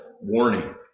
warning